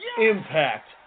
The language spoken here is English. Impact